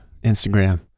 Instagram